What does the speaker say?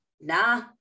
nah